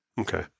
Okay